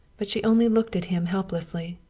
but she only looked at him helplessly.